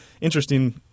interesting